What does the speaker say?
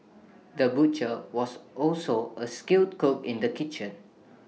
the butcher was also A skilled cook in the kitchen